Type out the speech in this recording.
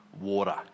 water